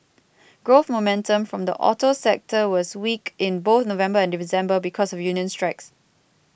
growth momentum from the auto sector was weak in both November and December because of union strikes